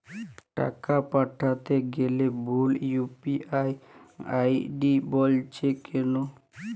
টাকা পাঠাতে গেলে ভুল ইউ.পি.আই আই.ডি বলছে কেনো?